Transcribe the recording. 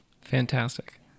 Fantastic